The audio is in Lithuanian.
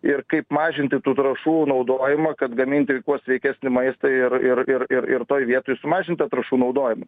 ir kaip mažinti tų trąšų naudojimą kad gaminti kuo sveikesnį maistą ir ir ir ir toj vietoj sumažint tą trąšų naudojimą